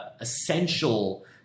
essential